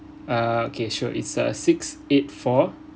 err okay sure it's uh six eight four